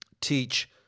teach